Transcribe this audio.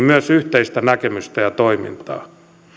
myös yhteistä näkemystä ja toimintaa